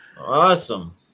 Awesome